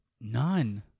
None